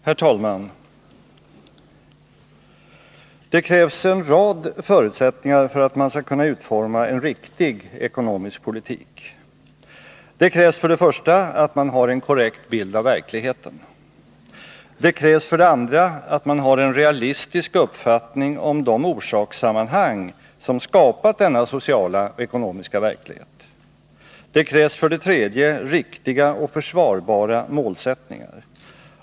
Herr talman! Det krävs en rad förutsättningar för att man skall kunna utforma en riktig ekonomisk politik. Det krävs för det första att man har en korrekt bild av verkligheten. Det krävs för det andra att man har en realistisk uppfattning om de orsakssammanhang som skapat denna sociala och ekonomiska verklighet. Det krävs för det tredje riktiga och försvarbara målsättningar.